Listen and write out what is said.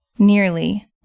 nearly